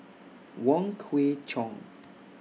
Wong Kwei Cheong